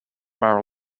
mara